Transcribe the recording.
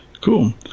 Cool